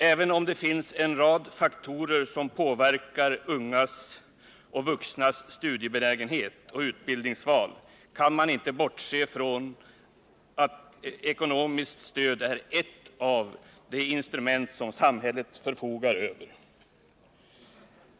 Även om det finns en rad faktorer som påverkar ungas och vuxnas studiebenägenhet och utbildningsval, kan man inte bortse från att ekonomiskt stöd är ett av de instrument som samhället förfogar över.